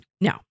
no